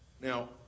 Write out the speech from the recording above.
Now